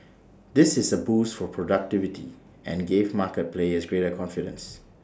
this is A boost for productivity and gave market players greater confidence